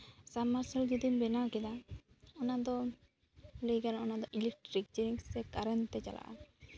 ᱥᱟᱵᱽᱼᱢᱟᱨᱥᱟᱞ ᱡᱩᱫᱤᱢ ᱵᱮᱱᱟᱣ ᱠᱮᱫᱟ ᱚᱱᱟ ᱫᱚ ᱞᱟᱹᱭ ᱜᱟᱱᱚᱜᱼᱟ ᱚᱱᱟ ᱫᱚ ᱤᱞᱮᱠᱴᱨᱤᱠ ᱡᱤᱱᱤᱥ ᱥᱮ ᱠᱟᱨᱮᱱᱴ ᱛᱮ ᱪᱟᱞᱟᱜᱼᱟ